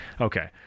Okay